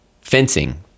fencing